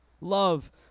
love